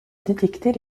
détecter